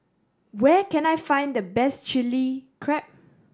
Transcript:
where can I find the best Chili Crab